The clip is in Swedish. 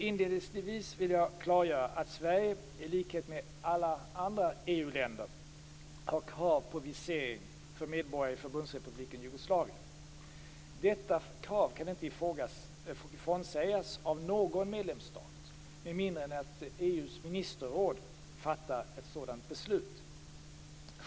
Inledningsvis vill jag klargöra att Sverige i likhet med alla andra EU-länder har krav på visering för medborgare i Förbundsrepubliken Jugoslavien . Detta krav kan inte någon medlemsstat frånsäga sig med mindre än att EU:s ministerråd fattar ett sådant beslut.